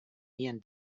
ian